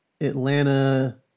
Atlanta